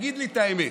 תגיד לי את האמת: